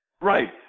Right